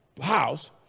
house